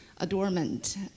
adornment